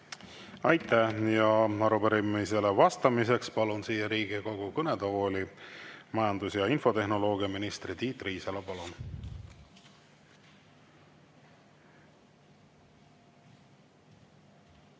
Aitäh! Arupärimisele vastamiseks palun siia Riigikogu kõnetooli majandus- ja infotehnoloogiaminister Tiit Riisalo. Palun!